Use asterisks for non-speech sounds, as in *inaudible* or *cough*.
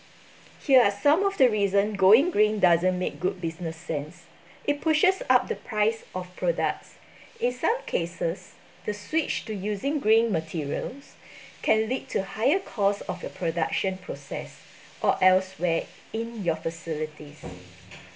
here are some of the reason going green doesn't make good business sense it pushes up the price of products in some cases the switch to using green materials *breath* can lead to higher cost of your production process or elsewhere in your facilities